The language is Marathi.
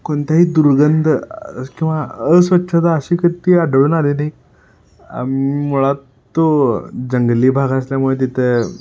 कोणत्याही दुर्गंध किंवा अस्वच्छता अशी कधी आढळून नाही आम् मुळात तो जंगली भाग असल्यामुळे तिथे